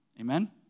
Amen